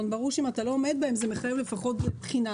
ברור שאם אתה לא עומד בהם זה מחייב לפחות בחינה,